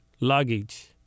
luggage